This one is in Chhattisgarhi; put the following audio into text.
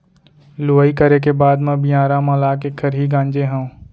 लुवई करे के बाद म बियारा म लाके खरही गांजे हँव